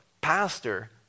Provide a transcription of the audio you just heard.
pastor